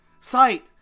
Sight